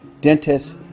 dentists